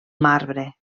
marbre